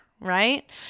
right